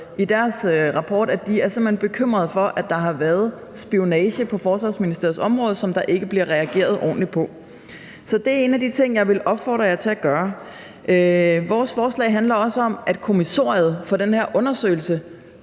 i deres rapport, at de simpelt hen er bekymrede for, at der har været spionage på Forsvarsministeriets område, som der ikke bliver reageret ordentligt på. Så det er en af de ting, jeg vil opfordre jer til at gøre. Vores forslag handler også om, at kommissoriet for den her undersøgelse